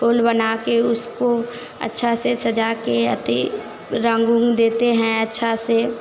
फूल बनाकर उसको अच्छा से सजाकर अति रंग उंग देते हैं अच्छे से